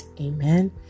Amen